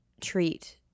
treat